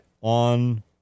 on